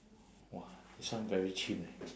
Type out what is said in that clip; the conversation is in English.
!wah! this one very chim leh